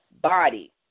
body